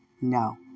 No